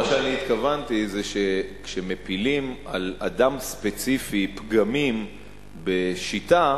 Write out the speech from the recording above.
מה שאני התכוונתי זה שכשמפילים על אדם ספציפי פגמים בשיטה,